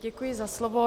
Děkuji za slovo.